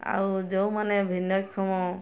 ଆଉ ଯେଉଁମାନେ ଭିନ୍ନକ୍ଷମ